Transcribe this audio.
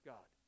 God